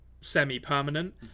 semi-permanent